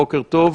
בוקר טוב.